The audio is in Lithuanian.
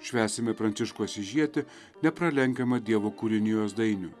švęsime pranciškų asyžietį nepralenkiamą dievo kūrinijos dainių